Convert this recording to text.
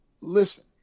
listen